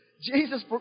Jesus